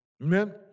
Amen